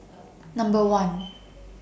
Number one